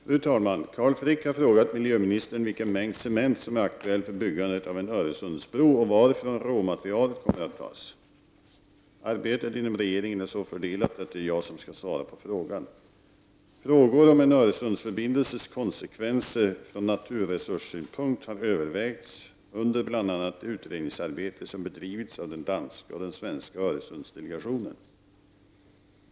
Fru talman! Carl Frick har frågat miljöministern vilken mängd cement som är aktuell för byggandet av en Öresundsbro och varifrån råmaterialet kommer att tas. Arbetet inom regeringen är så fördelat att det är jag som skall svara på frågan. Frågor om en Öresundsförbindelses konsekvenser från naturresurssynpunkt har övervägts bl.a. under det utredningsarbete som bedrivits av den danska och den svenska Öresundsdelegationen.